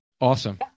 Awesome